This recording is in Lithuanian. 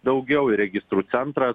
daugiau ir registrų centras